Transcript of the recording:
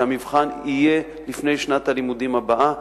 שהמבחן יהיה לפני שנת הלימודים הבאה,